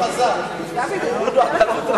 חבר הכנסת דודו רותם,